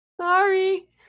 Sorry